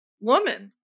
woman